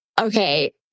okay